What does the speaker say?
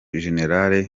gen